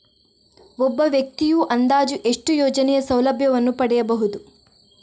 ಒಬ್ಬ ವ್ಯಕ್ತಿಯು ಅಂದಾಜು ಎಷ್ಟು ಯೋಜನೆಯ ಸೌಲಭ್ಯವನ್ನು ಪಡೆಯಬಹುದು?